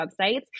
websites